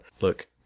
Look